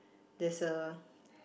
there's a